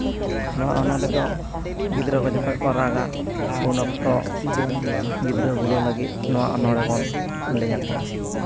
ᱱᱚᱶᱟ ᱚᱱᱚᱲᱦᱮᱸ ᱫᱚ ᱜᱤᱫᱽᱨᱟᱹ ᱠᱚ ᱡᱚᱠᱷᱚᱱ ᱠᱚ ᱨᱟᱜᱟ ᱩᱱ ᱚᱠᱛᱚ ᱜᱤᱫᱽᱨᱟᱹ ᱵᱩᱞᱟᱹᱣ ᱞᱟᱹᱜᱤᱫ ᱱᱚᱶᱟ ᱚᱱᱚᱲᱦᱮᱸ ᱵᱚᱱ ᱞᱟᱹᱭ ᱟᱠᱚᱣᱟ